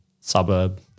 suburb